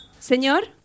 Señor